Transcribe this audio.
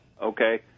Okay